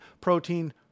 protein